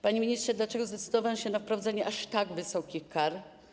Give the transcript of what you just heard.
Panie ministrze, dlaczego zdecydowano się na wprowadzenie aż tak wysokich kar?